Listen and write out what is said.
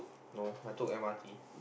no I took M_R_T